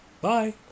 bye